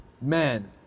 man